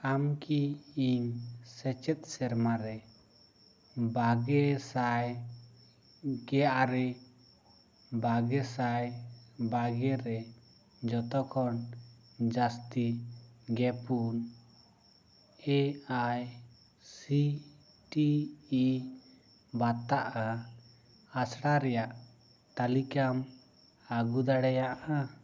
ᱟᱢᱠᱤ ᱤᱧ ᱥᱮᱪᱮᱫ ᱥᱮᱨᱢᱟ ᱨᱮ ᱵᱟᱜᱮ ᱥᱟᱭ ᱜᱮ ᱟᱨᱮ ᱵᱟᱜᱮᱥᱟᱭ ᱵᱟᱜᱮ ᱨᱮ ᱡᱚᱛᱚ ᱠᱷᱚᱱ ᱡᱟᱹᱥᱛᱤ ᱜᱮ ᱯᱩᱱ A I C T E ᱵᱟᱛᱟᱜᱼᱟ ᱟᱥᱲᱟ ᱨᱮᱭᱟᱜ ᱛᱟᱹᱞᱤᱠᱟᱢ ᱟᱹᱜᱩ ᱫᱟᱲᱮᱭᱟᱜᱼᱟ